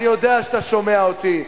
אני יודע שאתה שומע אותי,